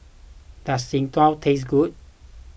does Jian Dui taste good